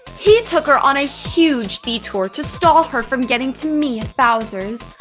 he took her on a huge detour to stall her from getting to me at bowser's,